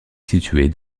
située